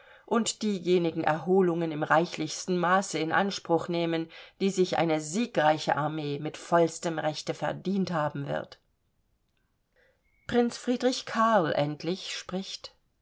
und diejenigen erholungen im reichlichsten maße in anspruch nehmen die sich eine siegreiche armee mit vollstem rechte verdient haben wird prinz friedrich karl endlich spricht